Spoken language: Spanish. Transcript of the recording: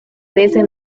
crece